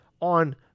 on